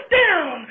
down